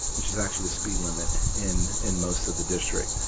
which is actually the speed limit in in most of the district.